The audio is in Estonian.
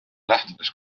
lähtudes